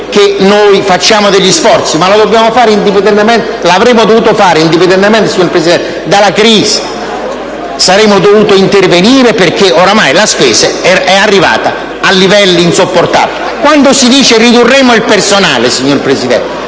noi facciamo degli sforzi. Ma avremmo dovuto farlo indipendentemente, signor Presidente, dalla crisi. Saremmo dovuti intervenire perché ormai la spesa è arrivata a livelli insopportabili. Quando si dice che ridurremo il personale, signor Presidente,